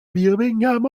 birmingham